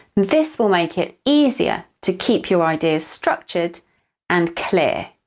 this will make it easier to keep your ideas structured and clear.